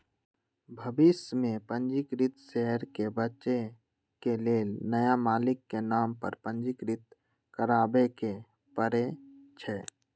भविष में पंजीकृत शेयर के बेचे के लेल नया मालिक के नाम पर पंजीकृत करबाबेके परै छै